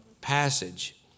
passage